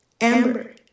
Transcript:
Amber